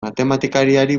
matematikariari